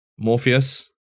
Morpheus